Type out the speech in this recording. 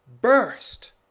burst